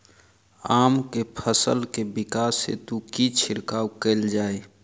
आम केँ फल केँ विकास हेतु की छिड़काव कैल जाए?